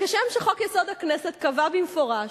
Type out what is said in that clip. כשם שחוק-יסוד: הכנסת קבע במפורש